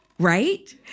right